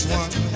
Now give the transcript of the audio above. one